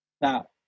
Now